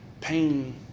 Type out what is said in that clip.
Pain